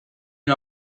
and